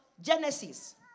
Genesis